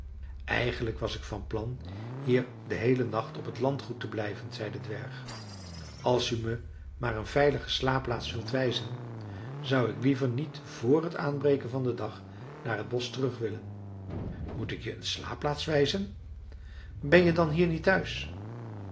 eigenlijk was ik van plan hier den heelen nacht op t landgoed te blijven zei de dwerg als u me maar een veilige slaapplaats wilt wijzen zou ik liever niet vr t aanbreken van den dag naar t bosch terug willen moet ik je een slaapplaats wijzen ben je dan hier niet thuis